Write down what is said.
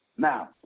Now